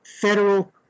federal